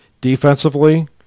Defensively